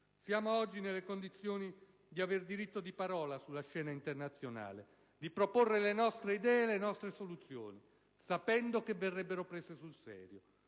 Siamo oggi nelle condizioni di aver diritto di parola sulla scena internazionale, di proporre le nostre idee e le nostre soluzioni, sapendo che verrebbero prese sul serio.